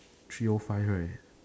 three or five alright